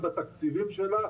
ובתקציבים שלה,